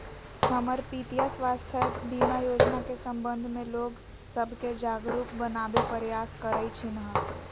हमर पितीया स्वास्थ्य बीमा जोजना के संबंध में लोग सभके जागरूक बनाबे प्रयास करइ छिन्ह